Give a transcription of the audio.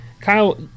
Kyle